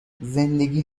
زندگی